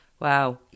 Wow